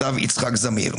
דברי יצחק זמיר.